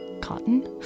Cotton